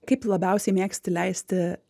kaip labiausiai mėgsti leisti